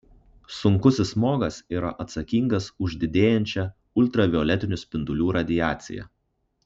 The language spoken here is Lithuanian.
sunkusis smogas yra atsakingas už didėjančią ultravioletinių spindulių radiaciją